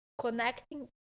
connecting